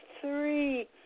three